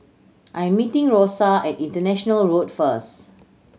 I'm meeting Rosa at International Road first